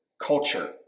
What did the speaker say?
culture